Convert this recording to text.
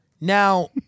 Now